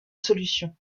solutions